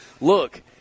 Look